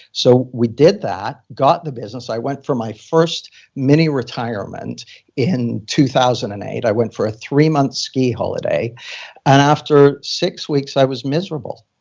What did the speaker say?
so we did that, got the business. i went for my first mini retirement in two thousand and eight. i went for a three months ski holiday and after six weeks, i was miserable.